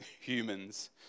humans